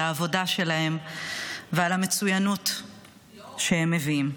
על העבודה שלהם ועל המצוינות שהם מביאים.